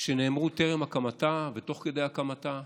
שנאמרו טרם הקמתה ותוך כדי הקמתה